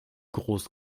groß